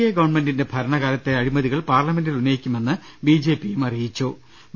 A ഗവൺമെന്റിന്റെ ഭര ണകാലത്തെ അഴിമതികൾ പാർലമെന്റിൽ ഉന്നയിക്കുമെന്ന് ബി ജെ പിയും അറി യിച്ചിട്ടുണ്ട്